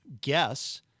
guess